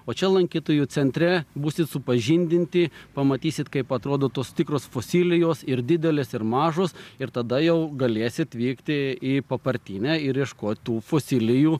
o čia lankytojų centre būsit supažindinti pamatysit kaip atrodo tos tikros fosilijos ir didelės ir mažos ir tada jau galėsit vykti į papartynę ir ieškot tų fosilijų